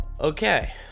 Okay